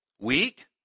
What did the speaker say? weak